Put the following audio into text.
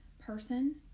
person